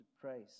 praise